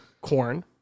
corn